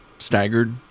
staggered